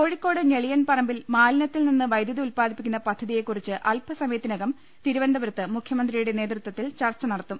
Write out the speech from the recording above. കോഴിക്കോട് ഞെളിയൻ പറമ്പിൽ മാലിന്യത്തിൽ നിന്ന് വൈദ്യുതി ഉത്പാദിപ്പിക്കുന്ന പദ്ധതിയെകുറിച്ച് അൽപ്പസമയത്തി നകം തിരുവനന്തപുരത്ത് മുഖ്യമന്ത്രിയുടെ നേതൃത്വത്തിൽ ചർച്ച നടത്തും